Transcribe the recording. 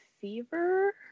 Fever